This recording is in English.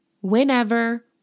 whenever